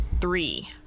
three